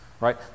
Right